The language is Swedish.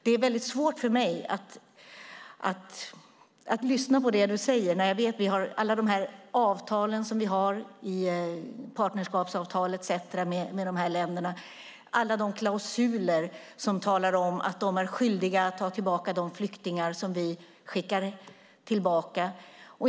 Det är mycket svårt för mig att lyssna på det du säger, Kerstin Lundgren, när jag vet att vi har alla dessa avtal, partnerskap etcetera, med dessa länder och alla klausuler som talar om att de är skyldiga att ta emot de flyktingar som vi skickar tillbaka.